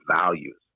values